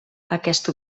aquest